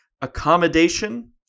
accommodation